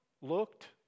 looked